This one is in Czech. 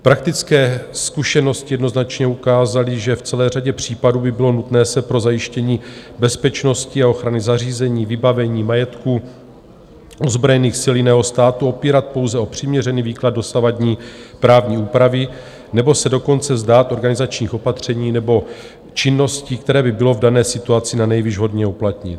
Praktické zkušenosti jednoznačně ukázaly, že v celé řadě případů by bylo nutné se pro zajištění bezpečnosti a ochrany zařízení, vybavení, majetku ozbrojených sil jiného státu opírat pouze o přiměřený výklad dosavadní právní úpravy, nebo se dokonce vzdát organizačních opatření nebo činností, které by bylo v dané situaci nanejvýš vhodné uplatnit.